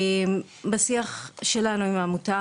בשיח שלנו עם העמותה,